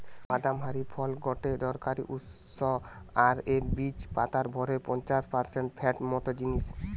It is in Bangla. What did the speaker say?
বাদাম হারি ফল গটে দরকারি উৎস আর এর বীজ পাতার ভরের পঞ্চাশ পারসেন্ট ফ্যাট মত জিনিস